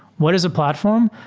what is a platform?